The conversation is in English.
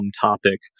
topic